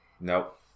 nope